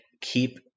keep